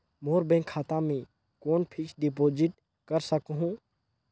मोर bank खाता मे कौन फिक्स्ड डिपॉजिट कर सकहुं?